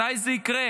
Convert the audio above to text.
מתי זה יקרה?